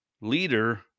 leader